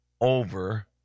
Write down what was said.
over